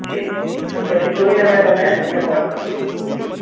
જી જી મેડમ પછી જોઈને અમે તમે તમે કોલ કરું પછી ઠીક છે